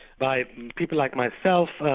by people like myself.